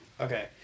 Okay